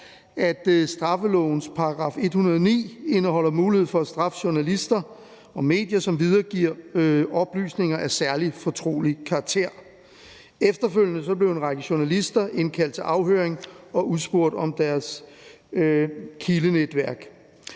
at straffelovens § 109 indeholder mulighed for at straffe journalister og medier, som videregiver oplysninger af særlig fortrolig karakter. Efterfølgende blev en række journalister indkaldt til afhøring og udspurgt om deres kildenetværk.